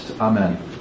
Amen